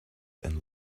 and